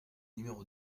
numéro